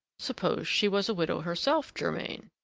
suppose she was a widow herself, germain?